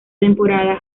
temporada